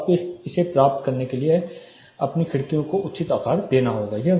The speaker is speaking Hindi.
तो आपको इसे प्राप्त करने के लिए अपनी खिड़कियों को उचित आकार देना होगा